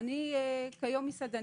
אני כיום מסעדנית,